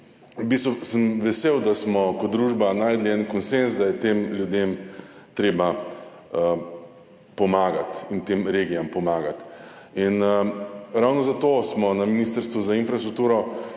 V bistvu sem vesel, da smo kot družba našli en konsenz, da je tem ljudem in tem regijam treba pomagati. Ravno zato smo na Ministrstvu za infrastrukturo